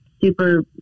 super